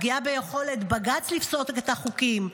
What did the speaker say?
פגיעה ביכולת בג"ץ לפסול חוקים,